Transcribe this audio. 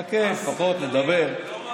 תחכה, נדבר.